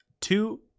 Two